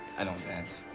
i don't dance.